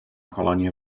colònia